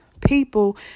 people